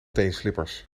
teenslippers